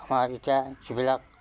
আমাৰ এতিয়া যিবিলাক